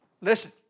Listen